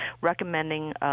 recommending